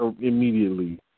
immediately